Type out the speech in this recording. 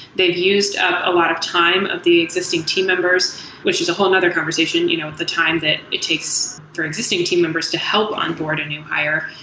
they've used up a lot of time of the existing team members, which is a whole and other conversation, you know the time that it takes for existing team members to help onboard a new hire.